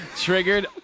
triggered